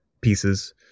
pieces